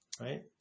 Right